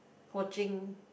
coaching